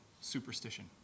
superstition